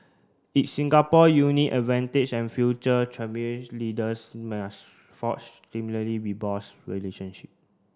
its Singapore unique advantage and future leaders must forge similarly robust relationship